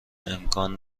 امکان